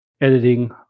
editing